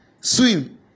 Swim